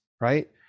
right